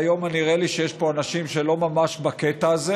והיום נראה לי שיש פה אנשים שלא ממש בקטע הזה.